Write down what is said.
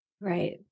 Right